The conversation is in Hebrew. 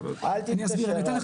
אני אסביר.